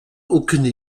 aucune